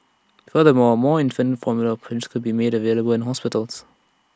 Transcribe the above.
further more more infant formula prints could be made available in hospitals